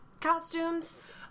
costumes